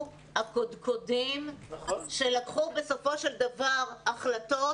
הקודקודים שלקחו בסופו של דבר החלטות,